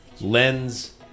Lens